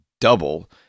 double